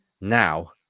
Now